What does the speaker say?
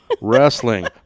Wrestling